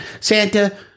Santa